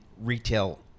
retail